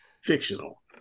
fictional